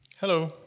Hello